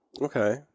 okay